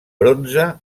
bronze